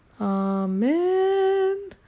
Amen